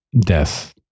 death